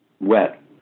wet